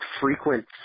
frequent